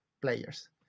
players